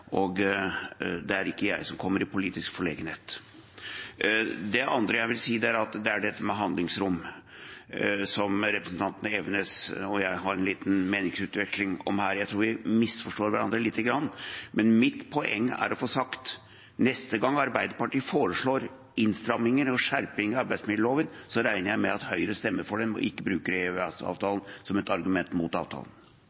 og det er ikke jeg som kommer i politisk forlegenhet. Det andre er dette med handlingsrom, som representanten Elvenes og jeg hadde en liten meningsutveksling om her. Jeg tror vi misforstår hverandre lite grann. Mitt poeng er å få sagt: Neste gang Arbeiderpartiet foreslår innstramminger og skjerping i arbeidsmiljøloven, regner jeg med at Høyre stemmer for det og ikke bruker